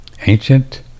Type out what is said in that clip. Ancient